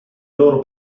loro